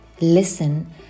listen